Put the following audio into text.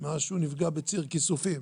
מאז שהוא נפגע בציר כיסופים.